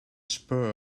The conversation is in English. spur